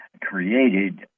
created